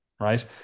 right